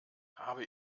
habe